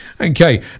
Okay